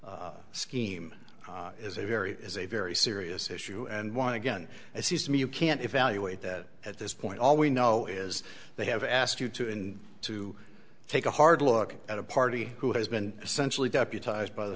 scheme is a very is a very serious issue and want to get and it seems to me you can't evaluate that at this point all we know is they have asked you to in to take a hard look at a party who has been essentially deputize by the